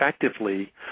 effectively